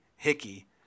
Hickey